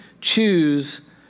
choose